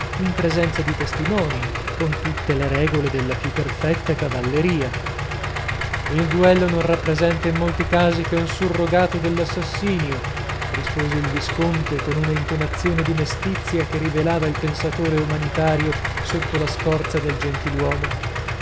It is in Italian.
in presenza di testimoni con tutte le regole della più perfetta cavalleria il duello non rappresenta in molti casi che un surrogato dell'assassinio rispose il visconte con una intonazione di mestizia che rivelava il pensatore umanitario sotto la scorza del gentiluomo